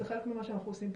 זה חלק ממה שאנחנו עושים פה.